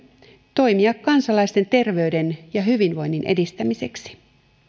toimia kansalaisten terveyden ja hyvinvoinnin edistämiseksi